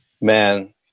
Man